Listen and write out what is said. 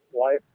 life